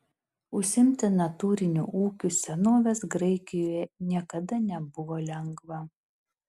užsiimti natūriniu ūkiu senovės graikijoje niekada nebuvo lengva